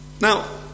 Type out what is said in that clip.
Now